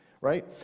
right